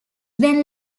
then